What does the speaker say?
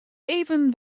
even